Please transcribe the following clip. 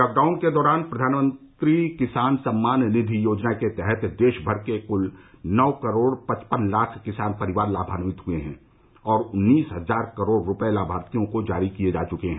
lockdown के दौरान प्रधानमंत्री किसान सम्मान निधि योजना के तहत देश भर के कुल नौ करोड़ पचपन लाख किसान परिवार लाभान्वित हुए हैं और उन्नीस हजार करोड़ रुपए लाभार्थियों को जारी किए जा चुके हैं